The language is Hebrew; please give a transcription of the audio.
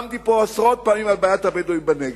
נאמתי פה עשרות פעמים על בעיית הבדואים בנגב.